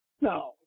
No